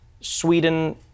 Sweden